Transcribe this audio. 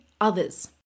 others